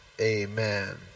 Amen